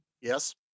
yes